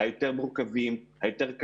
המורכבים יותר,